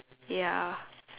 ya